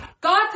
God